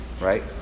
right